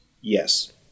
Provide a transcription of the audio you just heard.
Yes